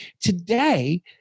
today